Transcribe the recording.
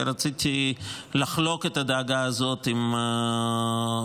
ורציתי לחלוק את הדאגה הזאת עם חבריי,